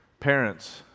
Parents